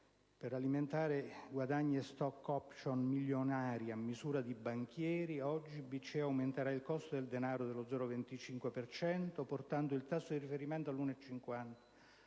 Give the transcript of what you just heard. per alimentare elevati guadagni e *stock option* milionari a misura di banchieri - aumenterà il costo del denaro dello 0,25 per cento, portando il tasso di riferimento all'1,50